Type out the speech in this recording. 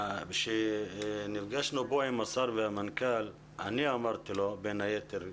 כאשר נפגשנו כאן עם השר והמנכ"ל אני אמרתי לו בין היתר,